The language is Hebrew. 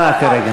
אני